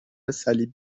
صلیب